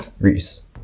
Reese